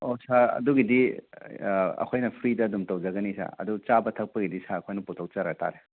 ꯑꯣ ꯁꯥꯔ ꯑꯗꯨꯒꯤꯗꯤ ꯑꯩꯈꯣꯏꯅ ꯐ꯭ꯔꯤꯗ ꯑꯗꯨꯝ ꯇꯧꯖꯒꯅꯤꯗ ꯑꯗꯨ ꯆꯥꯕ ꯊꯛꯄꯒꯤꯗꯤ ꯁꯥꯔꯈꯣꯏꯅ ꯄꯨꯊꯣꯛꯆꯕ ꯇꯥꯔꯦ